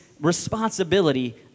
responsibility